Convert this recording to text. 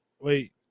wait